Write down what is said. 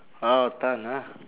orh tan ah